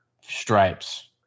stripes